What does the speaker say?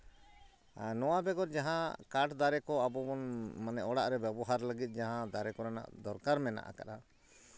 ᱟᱨ ᱱᱚᱣᱟ ᱵᱮᱜᱚᱨ ᱡᱟᱦᱟᱸ ᱠᱟᱴ ᱫᱟᱨᱮ ᱠᱚ ᱟᱵᱚ ᱵᱚᱱ ᱢᱟᱱᱮ ᱚᱲᱟᱜ ᱨᱮ ᱵᱮᱵᱚᱦᱟᱨ ᱞᱟᱹᱜᱤᱫ ᱡᱟᱦᱟᱸ ᱫᱟᱨᱮ ᱠᱚᱨᱮᱱᱟᱜ ᱫᱚᱨᱠᱟᱨ ᱢᱮᱱᱟᱜ ᱟᱠᱟᱫᱼᱟ